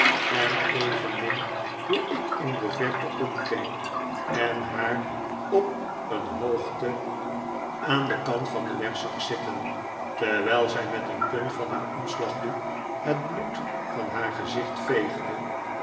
en evenmin hoe ik in de verte omkeek en haar op een hoogte aan den kant van den weg zag zitten terwijl zij met een punt van haar omslagdoek het bloed van haar gezicht veegde